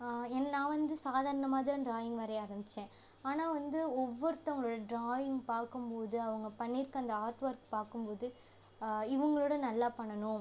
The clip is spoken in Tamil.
என் நான் வந்து சாதாரணமாக தான் ட்ராயிங் வரைய ஆரமித்தேன் ஆனால் வந்து ஒவ்வொருத்தவங்களோட ட்ராயிங் பார்க்கும்போது அவங்க பண்ணியிருக்க அந்த ஆர்ட் ஒர்க் பார்க்கும்போது இவங்களோட நல்லா பண்ணணும்